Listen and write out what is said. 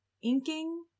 inking